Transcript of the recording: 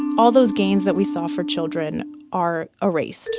all those gains that we saw for children are erased